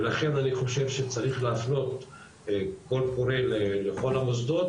ולכן אני חושב שצריך להפנות קול קורא לכל המוסדות,